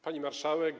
Pani Marszałek!